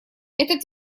этот